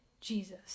Jesus